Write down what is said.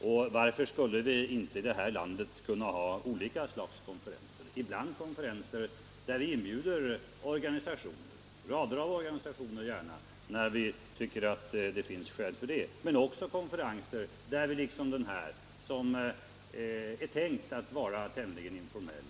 Och varför skulle vi inte i det här landet kunna ha olika slags konferenser - ibland konferenser där vi inbjuder organisationer, när vi tycker att det finns skäl för det, men också konferenser som denna, som är tänkt att vara tämligen informell.